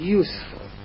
useful